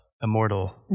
immortal